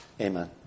Amen